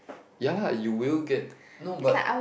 ya lah you will get no but